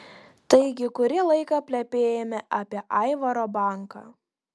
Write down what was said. taigi kurį laiką plepėjome apie aivaro banką